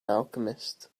alchemist